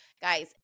guys